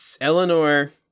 Eleanor